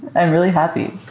i'm really happy.